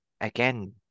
Again